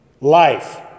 life